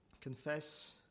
confess